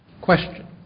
Question